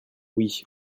oui